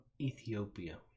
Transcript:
ethiopia